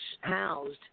housed